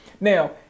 Now